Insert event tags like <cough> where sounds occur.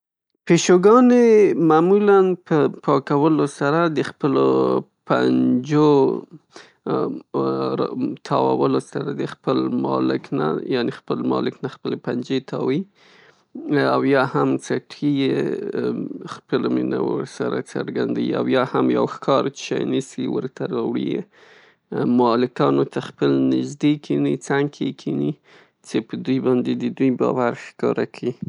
پیشوګانې معمولاً په پاکولو سره د خپلو پنجو تاوولو سره د خپل مالک نه یعنې خپل مالک نه خپل پنجې تاووي یا هم څټي یې، <hesitation> خپله مینه ورسره څرګندوي او یا هم یو ښکار څه شی نیسي ورته راوړي یې. مالکانو ته خپل نزدې کیني، <hesitation> څنګ کې یې کیني چي په دوی باندی د دوی باور ښکاره کي.